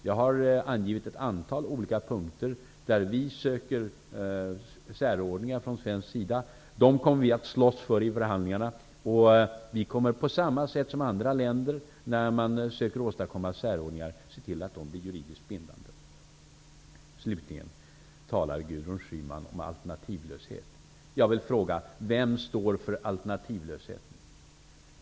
Jag har angivit ett antal olika punkter där vi söker särordningar från svensk sida. Dem kommer vi att slåss för i förhandlingarna. Vi kommer, på samma sätt som andra länder gör när de söker åstadkomma särordningar, att se till att de blir juridiskt bindande. Slutligen talar Gudrun Schyman om alternativlöshet. Jag vill fråga: Vem står för alternativlösheten?